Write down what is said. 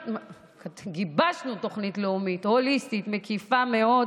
גיבשנו תוכנית לאומית הוליסטית מקיפה מאוד